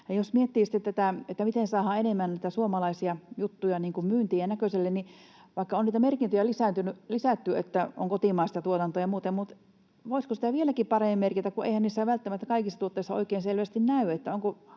tätä, että miten saadaan enemmän niitä suomalaisia juttuja myyntiin ja näkösälle, niin vaikka niitä merkintöjä on lisätty, että on kotimaista tuotantoa ja muuta, niin voisiko sitä vieläkin paremmin merkitä, kun eihän se niissä kaikissa tuotteissa välttämättä oikein selvästi näy?